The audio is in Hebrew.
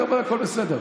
אתה אומר: הכול בסדר.